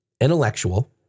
Intellectual